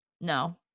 no